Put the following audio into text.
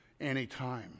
anytime